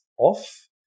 off